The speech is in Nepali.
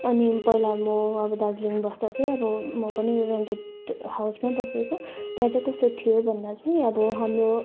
अनि पहिला म अब दार्जिलिङ बस्दा चाहिँ अब म पनि रेन्टेट हाउसमै बसेको त्यहाँ चाहिँ कस्तो थियो भन्दा चाहिँ अब हाम्रो